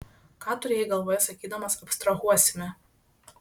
ką turėjai galvoje sakydamas abstrahuosime